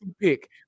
pick